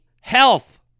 health